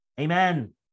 Amen